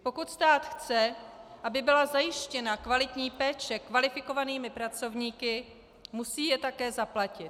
Pokud stát chce, aby byla zajištěna kvalitní péče kvalifikovanými pracovníky, musí je také zaplatit.